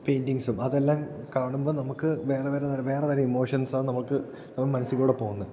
പെയിൻറ്ററിങ്സും അതെല്ലാം കാണുമ്പോൾ നമുക്ക് വേറെ വേറെതരം വേറെ തരം ഇമോഷൻസാ നമുക്ക് നമ്മൾ മനസ്സിലൂടെ പോകുന്നത്